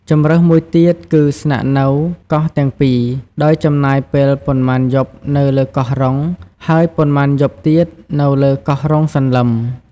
ជម្រើសមួយទៀតគឺ ស្នាក់នៅកោះទាំងពីរ ដោយចំណាយពេលប៉ុន្មានយប់នៅលើកោះរ៉ុង ហើយប៉ុន្មានយប់ទៀតនៅលើកោះរ៉ុងសន្លឹម។